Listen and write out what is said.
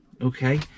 okay